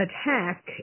attack